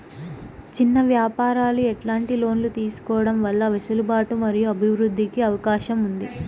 చిన్న వ్యాపారాలు ఎట్లాంటి లోన్లు తీసుకోవడం వల్ల వెసులుబాటు మరియు అభివృద్ధి కి అవకాశం ఉంది?